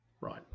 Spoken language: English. Right